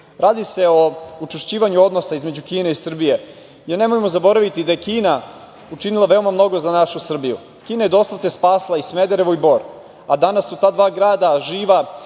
Radi se o učvršćivanju odnosa između Kine i Srbije jer nemojmo zaboraviti da je Kina učinila veoma mnogo za našu Srbiju. Kina je doslovce spasila i Smederevo i Bor, a danas su ta dva grada živa,